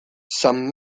some